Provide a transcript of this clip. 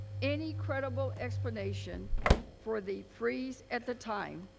any credible explanation for the freeze at the time.